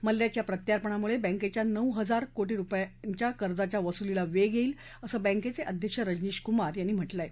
मल्ल्याच्या प्रत्यापणामुळे बँकेच्या नऊ हजार कोटी रुपयांच्या कर्जाच्या वसुलीला वेग येईल असं बँकेचे अध्यक्ष रजनीश कुमार यांनी म्हटलं आहे